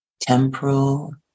temporal